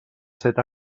set